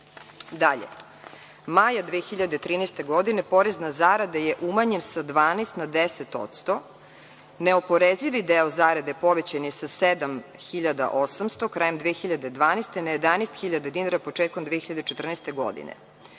maja 2013. godine porez na zarade je umanjen sa 12% na 10%. Neoporezivi deo zarade povećan je sa 7.800 krajem 2012. godine, na 11.000 dinara početkom 2014. godine,